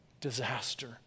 disaster